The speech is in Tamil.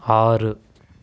ஆறு